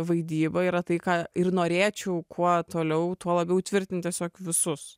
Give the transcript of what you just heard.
vaidyba yra tai ką ir norėčiau kuo toliau tuo labiau įtvirtinti tiesiog visus